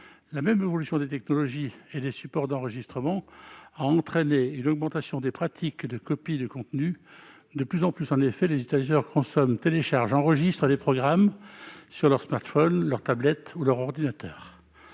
la même évolution des technologies et des supports d'enregistrement, on constate une hausse des copies de contenus. De plus en plus, en effet, les utilisateurs consomment, téléchargent et enregistrent les programmes sur leur smartphone, leur tablette ou leur ordinateur.